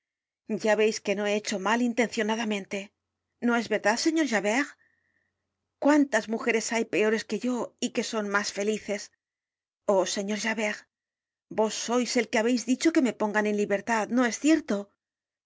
ya veis que no he hecho mal intencionadamente no es verdad señor javert cuántas mujeres hay peores que yo y que son mas felices oh señor javert vos sois el que habeis dicho que me pongan en libertad no es cierto